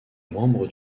membre